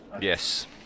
Yes